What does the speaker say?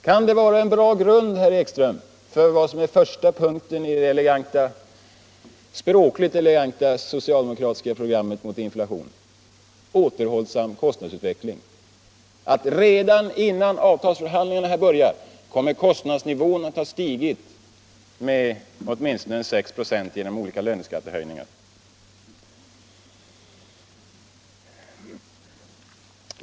Kan det vara en bra grund, herr Ekström, för vad som är den första punkten i det språkligt eleganta socialdemokratiska programmet mot inflation: ”återhållsam kostnadsutveckling”? Redan innan avtalsförhandlingarna börjat kommer kostnadsnivån alltså att ha stigit med åtminstone 6 26 genom olika löneskattehöjningar.